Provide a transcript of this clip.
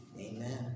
Amen